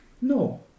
No